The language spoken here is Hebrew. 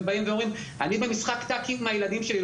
ובאים ואומרים: במשחק טאקי עם הילדים שלי,